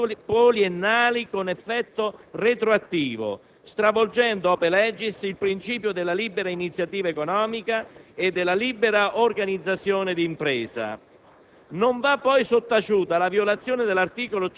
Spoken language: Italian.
per la parte in cui si modificano le polizze poliennali con effetto retroattivo, stravolgendo *ope legis* il principio della libera iniziativa economica e della libera organizzazione di impresa.